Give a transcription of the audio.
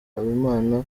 habimana